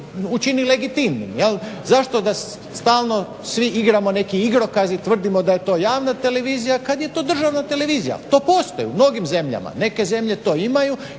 učini legitimnim. Zašto da stalno svi igramo neki igrokaz i tvrdimo da je to javna televizija kada je to državna televizija. To postoji u mnogim zemljama. Neke zemlje to imaju